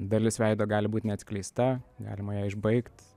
dalis veido gali būt neatskleista galima ją išbaigt